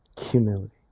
humility